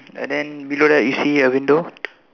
uh then below that you see a window